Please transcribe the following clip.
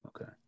Okay